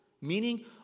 Meaning